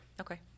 Okay